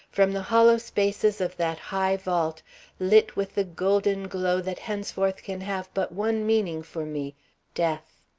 from the hollow spaces of that high vault lit with the golden glow that henceforth can have but one meaning for me death.